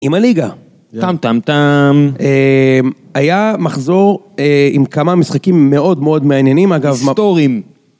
עם הליגה, טם טם טם, היה מחזור עם כמה משחקים מאוד מאוד מעניינים, אגב, סטורים.